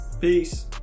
Peace